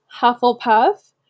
Hufflepuff